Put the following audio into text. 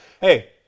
Hey